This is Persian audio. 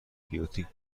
بیوتیک